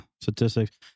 statistics